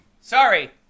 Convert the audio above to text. Sorry